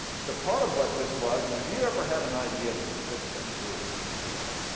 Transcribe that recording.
so part of what this was is, if you ever had an idea that you couldn't get through before the storm,